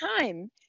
time